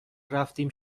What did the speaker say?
رفتیم